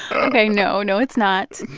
ok, no. no, it's not,